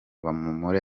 bamuri